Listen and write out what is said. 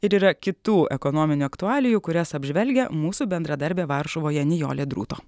ir yra kitų ekonominių aktualijų kurias apžvelgia mūsų bendradarbė varšuvoje nijolė druto